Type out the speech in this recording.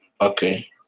Okay